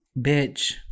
Bitch